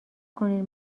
کنین